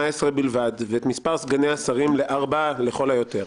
בלבד ואת מספר סגני השרים ל-4 לכל היותר.